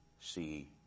see